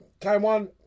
Taiwan